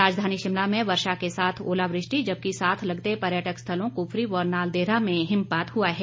राजधानी शिमला में वर्षा के साथ ओलावृष्टि जबकि साथ लगते पर्यटक स्थलों कुफरी व नालदेहरा में हिमपात हुआ है